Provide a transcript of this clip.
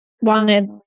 wanted